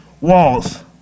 walls